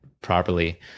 properly